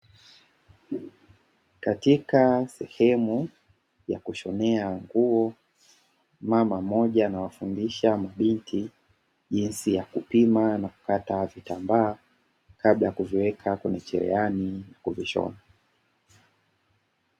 Katika sehemu ya kushonea nguo mama mmoja anawafundisha mabinti jinsi ya kupima na kukata vitambaa, kabla ya kuviweka kwenye cherehani kuvishona.